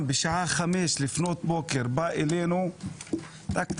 שבשעה חמש לפנות בוקר בא אלינו - טיק,